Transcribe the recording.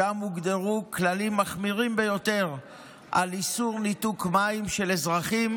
שם הוגדרו כללים מחמירים ביותר של איסור ניתוק מים לאזרחים,